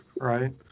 Right